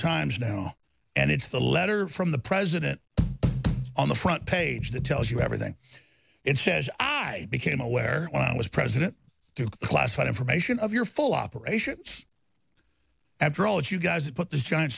times now and it's the letter from the president on the front page that tells you everything it says i became aware when i was president to classified information of your full operation after all that you guys put the giant